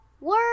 word